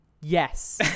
Yes